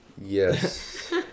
Yes